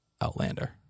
Outlander